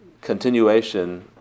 continuation